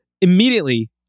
immediately